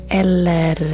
eller